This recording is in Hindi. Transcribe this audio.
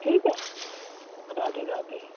ठीक है राधे राधे